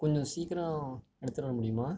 கொஞ்சம் சீக்கிரம் எடுத்துகிட்டு வரமுடியுமா